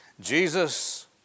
Jesus